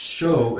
show